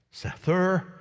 Sethur